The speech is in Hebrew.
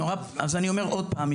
אז אני אומר עוד פעם,